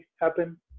happen